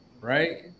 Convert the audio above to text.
right